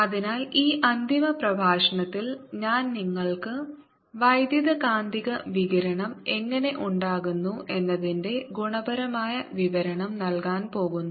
അതിനാൽ ഈ അന്തിമ പ്രഭാഷണത്തിൽ ഞാൻ നിങ്ങൾക്ക് വൈദ്യുതകാന്തിക വികിരണം എങ്ങനെ ഉണ്ടാകുന്നു എന്നതിന്റെ ഗുണപരമായ വിവരണം നൽകാൻ പോകുന്നു